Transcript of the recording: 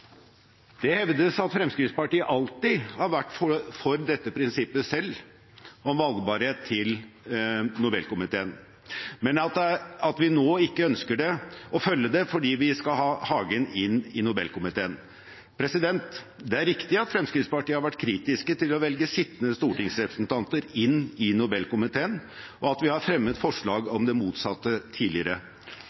Det hevdes at Fremskrittspartiet selv alltid har vært for dette prinsippet om valgbarhet til Nobelkomiteen, men at vi nå ikke ønsker å følge det fordi vi skal ha Hagen inn i Nobelkomiteen. Det er riktig at Fremskrittspartiet har vært kritiske til å velge sittende stortingsrepresentanter inn i Nobelkomiteen, og at vi har fremmet forslag om det motsatte tidligere.